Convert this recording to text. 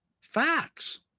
facts